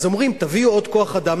אז אומרים: תביאו עוד כוח-אדם,